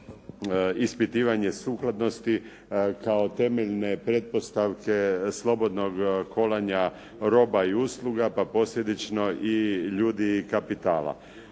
ispitivanje sukladnosti kao temeljne pretpostavke slobodnog kolanja roba i usluga pa posljedično i ljudi i kapitala.